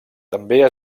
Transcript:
també